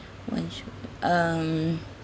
once you um